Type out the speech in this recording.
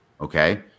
Okay